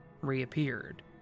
reappeared